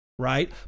Right